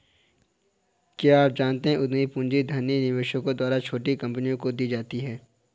क्या आप जानते है उद्यम पूंजी धनी निवेशकों द्वारा छोटी कंपनियों को दी जाती है?